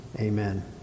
amen